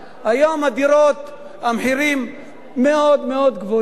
היום המחירים מאוד מאוד גבוהים,